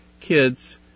kids